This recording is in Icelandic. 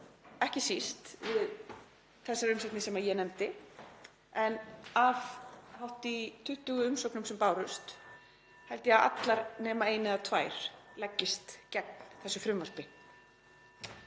ekki síst þessar umsagnir sem ég nefndi, en af hátt í 20 umsögnum sem bárust held ég að allar nema ein eða tvær leggist gegn þessu frumvarpi.